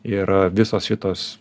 ir visos kitos